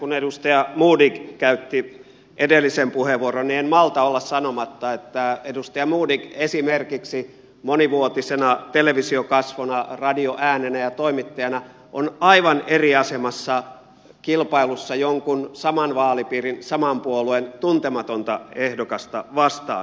kun edustaja modig käytti edellisen puheenvuoron niin en malta olla sanomatta että edustaja modig esimerkiksi monivuotisena televisiokasvona radioäänenä ja toimittajana on aivan eri asemassa kilpailussa jonkun saman vaalipiirin saman puolueen tuntematonta ehdokasta vastaan